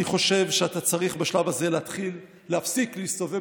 אני חושב שאתה צריך בשלב הזה להפסיק להסתובב